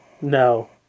No